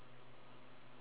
then you can what